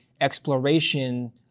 exploration